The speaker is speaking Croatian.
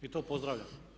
I to pozdravljam.